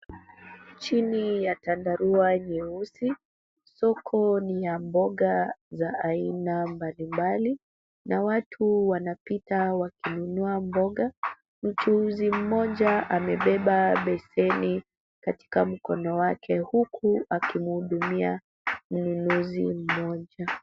Chini ya tandarua nyeusi, soko ni ya mboga za haina mbalimbali, watu wanapita wakinunua mboga. Mchuuzi moja amebeba beseni katika mkono wake huku akimuhudumia mnunuzi moja.